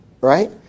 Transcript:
Right